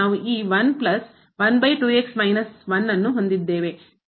ಮತ್ತು ಹೋದಾಗ